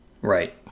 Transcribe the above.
Right